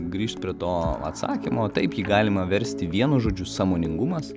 grįžt prie to atsakymo taip jį galima versti vienu žodžiu sąmoningumas